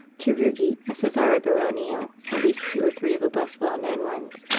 tarugi and cesare baronio, at least two or three of the less well-known ones,